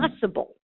possible